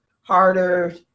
harder